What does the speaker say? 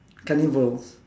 carnivores